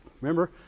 Remember